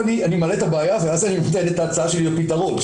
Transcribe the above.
אני מעלה את הבעיה ואז אני אתן את ההצעה שלי לפתרון.